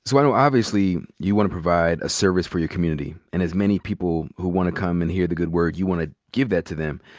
so i know obviously you want to provide a service for your community, and as many people who want to come and hear the good word you want to give that to them.